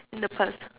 in the past